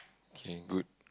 okay good